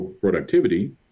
productivity